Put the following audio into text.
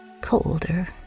colder